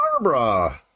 Barbara